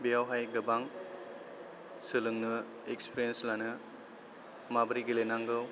बेयावहाय गोबां सोलोंनो एक्सपिरियेन्स लानो माबोरै गेलेनांगौ